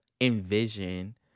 envision